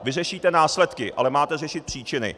Vy řešíte následky, ale máte řešit příčiny.